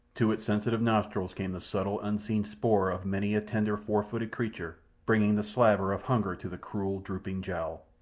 to its sensitive nostrils came the subtle unseen spoor of many a tender four-footed creature, bringing the slaver of hunger to the cruel, drooping jowl.